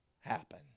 happen